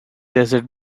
desert